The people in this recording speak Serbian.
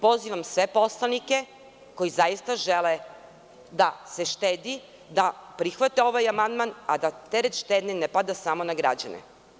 Pozivam sve poslanike, koji zaista žele da se štedi, da prihvate ovaj amandman, a da teret štednje ne pada samo na građane.